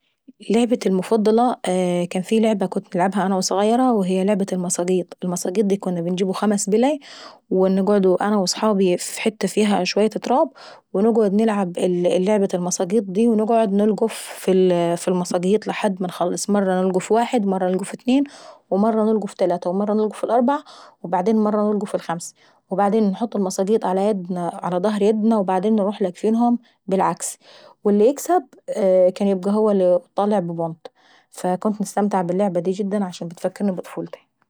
لعبتي المفضلة اييه كان في لعبة نلعبها انا وظغيرة وهي لعبة المصاقيط. المساقيط داي كنا بنجيبوا خمس بلي، ونقعدوا انا وصحابي في حتة فيها اشوية اتراب ونقعد نلعب لعبة المصاقيط داي، ونقعد نولقوف في المصاقيط لحد ما نخلص، مرة نلقوف واحد ومرة نلقوف اتنين ومرة نلقوف تلاتي ومرة نولقوف اربعة وبعدين مرة نولقوف الخمسة، وبعدين انحطوا المصاقيط على يدنا على ضهر يدنا وبعدين نروح لاقفينهم بالعكس. وبعدين اللي يكسب يبقى طالع ببونط وانا باحب اللعبة دي لانها بتفكرني بطفولتاي.